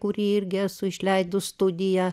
kurį irgi esu išleidus studiją